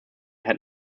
had